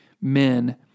men